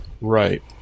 Right